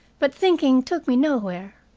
but thinking took me nowhere.